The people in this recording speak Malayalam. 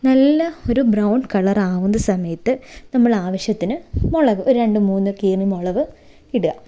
നല്ല ഒരു ബ്രൗൺ കളർ ആവുന്ന സമയത്ത് നമ്മൾ ആവശ്യത്തിന് മുളക് ഒരു രണ്ട് മൂന്ന് കീറിയ മുളക് ഇടുക